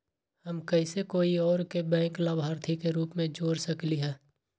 हम कैसे कोई और के बैंक लाभार्थी के रूप में जोर सकली ह?